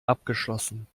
abgeschlossen